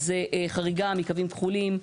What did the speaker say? זה חריגה מקווים כחולים,